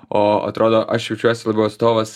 o atrodo aš jaučiuosi labiau atstovas